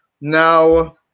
now